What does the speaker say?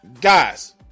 guys